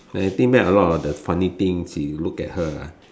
I think back a lot of the funny things you look at her ah